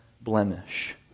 blemish